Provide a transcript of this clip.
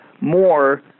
more